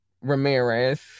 Ramirez